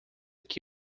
que